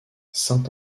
saint